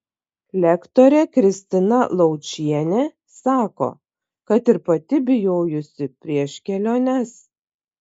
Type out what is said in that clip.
lektorė kristina laučienė sako kad ir pati bijojusi prieš keliones